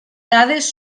dades